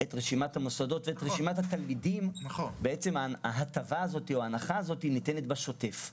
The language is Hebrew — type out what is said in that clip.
את רשימת המוסדות ואת רשימת התלמידים ההטבה הזאת ניתנת באופן שוטף.